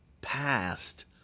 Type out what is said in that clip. past